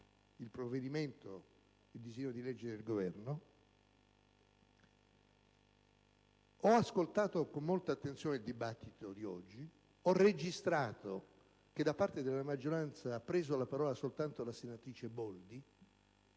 è poi arrivato il disegno di legge del Governo. Ho ascoltato con molta attenzione la discussione di oggi ed ho registrato che da parte della maggioranza ha preso la parola soltanto la senatrice Boldi,